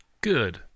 Good